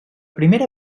primera